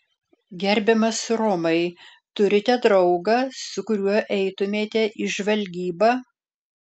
gerbiamas romai turite draugą su kuriuo eitumėte į žvalgybą